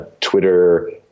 Twitter